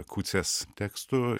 kucias tekstų